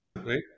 right